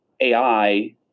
AI